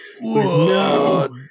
no